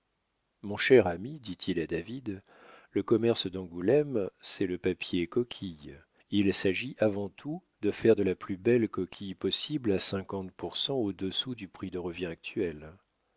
mon cher ami dit-il à david le commerce d'angoulême c'est le papier coquille il s'agit avant tout de faire de la plus belle coquille possible à cinquante pour cent au-dessous du prix de revient actuel